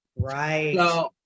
Right